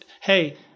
hey